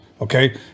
okay